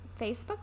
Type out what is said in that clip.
facebook